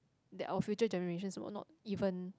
that our future generations will not even